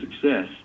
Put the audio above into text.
success